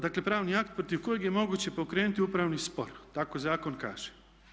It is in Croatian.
Dakle pravni akt protiv kojeg je moguće pokrenuti upravni spor, tako zakon kaže.